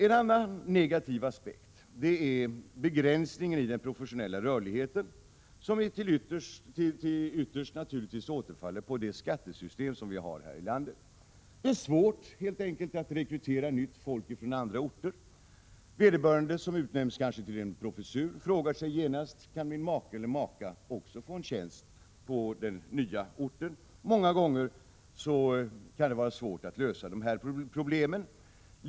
En annan negativ aspekt är begränsningen i den professionella rörligheten, som ytterst naturligtvis återfaller på skattesystemet i detta land. Det är helt enkelt svårt att rekrytera nytt folk från andra orter. Den som exempelvis utnämns till professor frågar sig genast: Kan min make eller maka också få en tjänst på den nya orten? Många gånger kan det vara svårt att lösa dessa problem.